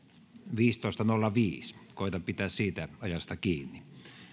viidestoista nolla viisi koetan pitää siitä ajasta kiinni